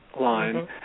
line